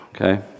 okay